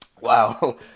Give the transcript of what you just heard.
Wow